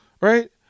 right